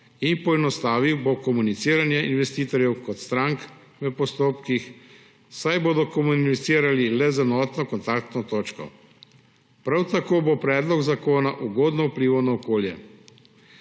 in poenostavil bo komuniciranje investitorjev kot strank v postopkih, saj bodo komunicirali le z enotno kontaktno točko. Prav tako bo predlog zakona ugodno vplival na okolje.